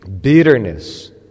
bitterness